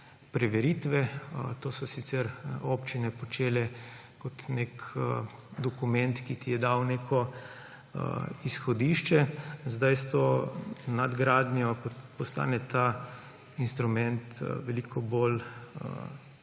preveritve. To so sicer občine počele kot nek dokument, ki ti je dal neko izhodišče. Sedaj s to nadgradnjo postane ta instrument veliko bolj